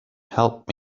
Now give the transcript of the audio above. help